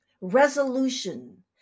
resolution